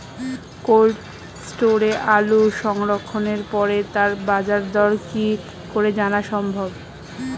Cold স্টোরে আলু সংরক্ষণের পরে তার বাজারদর কি করে জানা সম্ভব?